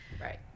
right